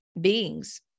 beings